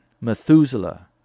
Methuselah